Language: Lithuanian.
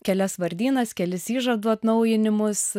kelias vardynas kelis įžadų atnaujinimus